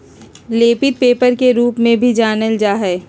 लेपित पेपर के रूप में भी जानल जा हइ